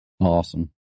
Awesome